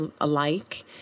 alike